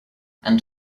and